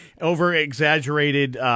over-exaggerated